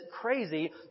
crazy